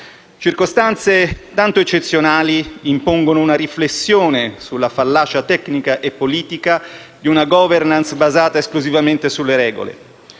Circostanze tanto eccezionali impongono una riflessione sulla fallacia tecnica e politica di una *governance* basata esclusivamente sulle regole.